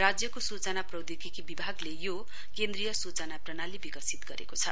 राज्यको सूचना प्रौद्योगिकी विभागले यो केन्द्रीय सूचना प्रणाली विकसित गरेको छ